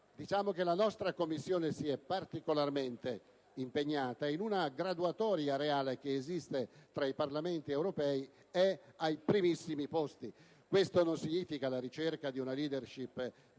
europea. La nostra Commissione si è particolarmente impegnata: in una graduatoria reale che esiste fra i Parlamenti europei è ai primissimi posti. Questo non significa la ricerca di una *leadership* banale,